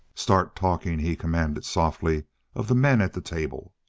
start talking, he commanded softly of the men at the table.